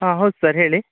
ಹಾಂ ಹೌದು ಸರ್ ಹೇಳಿ